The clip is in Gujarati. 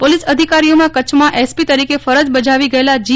પોલીસ અધિકારીઓ માં કચ્છમાં એસપી તરીકે ફરજ બજાવી ગયેલાં જી